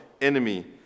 enemy